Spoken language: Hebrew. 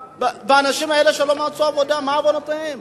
האנשים האלה, שלא מצאו עבודה, מה עוונותיהם?